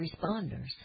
responders